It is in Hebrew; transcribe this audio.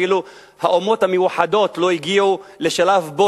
אפילו האומות המאוחדות לא הגיעו לשלב שבו